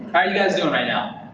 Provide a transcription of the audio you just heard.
are you guys doing right now?